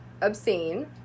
obscene